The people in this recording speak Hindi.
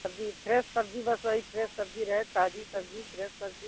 सब्ज़ी फ्रेस सब्ज़ी बस वही फ्रेस सब्ज़ी रहे ताजी सब्ज़ी फ्रेस सब्ज़ी